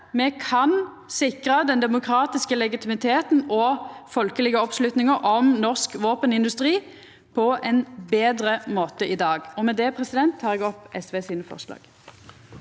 Me kan sikra den demokratiske legitimiteten og folkelege oppslutninga om norsk våpenindustri på ein betre måte i dag. Med det tar eg opp SV sine forslag.